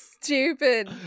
stupid